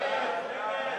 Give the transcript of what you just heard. ההסתייגות לחלופין ג' של קבוצת